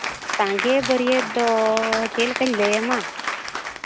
ᱥᱟᱸᱜᱮ ᱵᱟᱹᱨᱭᱟᱹᱛ ᱫᱚ ᱪᱮᱫ ᱞᱮᱠᱟᱧ ᱞᱟᱹᱭ ᱟᱢᱟ